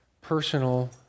personal